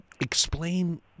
Explain